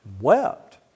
wept